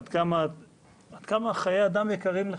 עד כמה חיי אדם יקרים לך.